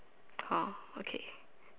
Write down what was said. orh okay